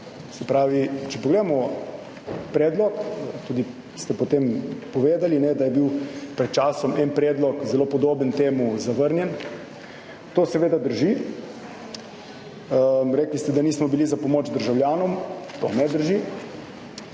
se pravi, če pogledamo predlog, za katerega ste potem povedali, da je bil pred časom en predlog zelo podoben temu, zavrnjen. To seveda drži. Rekli ste, da nismo bili za pomoč državljanom. To ne drži.